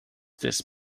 this